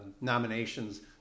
nominations